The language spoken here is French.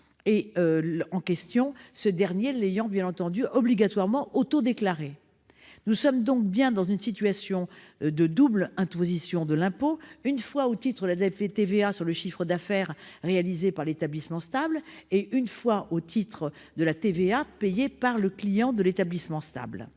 en question, ce dernier l'ayant bien entendu obligatoirement autodéclarée. Nous sommes donc bien dans une situation de double imposition, une fois au titre de la TVA sur le chiffre d'affaires réalisé par l'établissement stable, et une fois au titre de la TVA payée par le client de l'établissement stable.